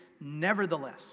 nevertheless